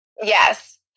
Yes